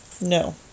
no